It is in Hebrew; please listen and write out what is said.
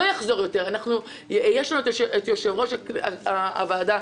יש לנו את יושב ראש הוועדה,